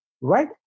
right